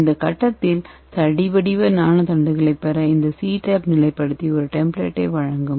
இந்த கட்டத்தில் தடி வடிவ நானோ தண்டுகளைப் பெற இந்த CTAB நிலைப்படுத்தி ஒரு டெம்ப்ளேட்டை வழங்கும்